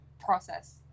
process